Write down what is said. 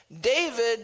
David